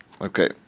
Okay